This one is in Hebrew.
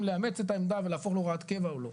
לאמץ את העמדה ולהפוך הוראת שעה להוראת קבע או לא.